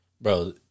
bro